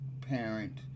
parent